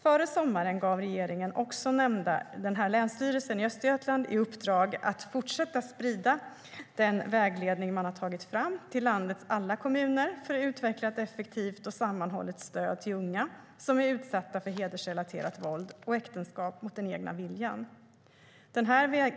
Före sommaren gav regeringen även nämnda länsstyrelse i uppdrag att fortsätta sprida den vägledning man tagit fram till landets alla kommuner för att utveckla ett effektivt och sammanhållet stöd till unga som är utsatta för hedersrelaterat våld och äktenskap mot den egna viljan.